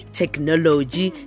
technology